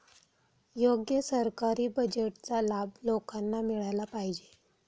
योग्य सरकारी बजेटचा लाभ लोकांना मिळाला पाहिजे